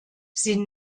sie